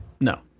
No